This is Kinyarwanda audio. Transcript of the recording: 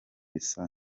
bisa